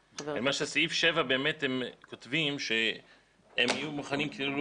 בסעיף 7 הם כותבים שהם יהיו מוכנים כאילו